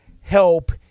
help